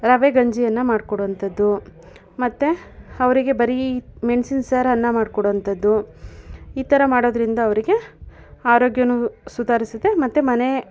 ರವೆ ಗಂಜಿಯನ್ನು ಮಾಡ್ಕೊಡುವಂಥದ್ದು ಮತ್ತು ಅವರಿಗೆ ಬರೀ ಮೆಣ್ಸಿನ ಸಾರು ಅನ್ನ ಮಾಡ್ಕೊಡೋಂಥದ್ದು ಈ ಥರ ಮಾಡೋದರಿಂದ ಅವರಿಗೆ ಆರೋಗ್ಯವೂ ಸುಧಾರ್ಸುತ್ತೆ ಮತ್ತು ಮನೆ